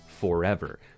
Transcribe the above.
forever